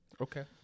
Okay